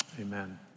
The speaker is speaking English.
amen